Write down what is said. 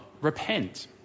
repent